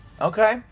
Okay